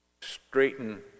straighten